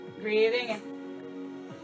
Breathing